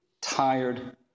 tired